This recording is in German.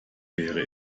wäre